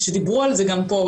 שדיברו על זה גם פה.